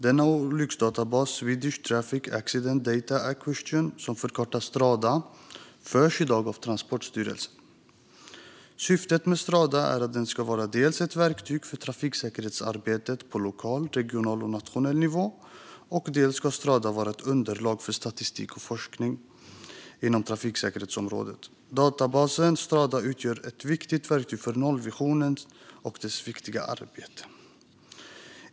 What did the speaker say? Denna olycksdatabas, Swedish Traffic Accident Data Acquisition som förkortas Strada, förs i dag av Transportstyrelsen. Syftet med Strada är att den ska vara dels ett verktyg för trafiksäkerhetsarbetet på lokal, regional och nationell nivå, dels ett underlag för statistik och forskning inom trafiksäkerhetsområdet. Databasen Strada utgör ett viktigt verktyg i arbetet för nollvisionen.